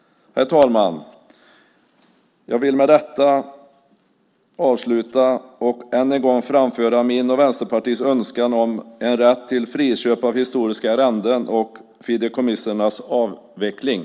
Herr talman! Jag vill med detta avsluta och än en gång framföra min och Vänsterpartiets önskan om en rätt till friköp av historiska arrenden och om fideikommissernas avveckling.